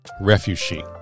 refugee